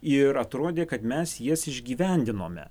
ir atrodė kad mes jas išgyvendinome